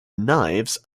knives